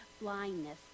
blindness